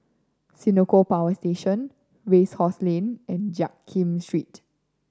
Senoko Power Station Race Course Lane and Jiak Kim Street